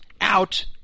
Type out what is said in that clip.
out